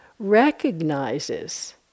recognizes